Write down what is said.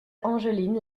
angeline